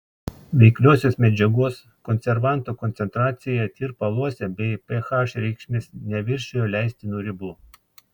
veikliosios medžiagos konservanto koncentracija tirpaluose bei ph reikšmės neviršijo leistinų ribų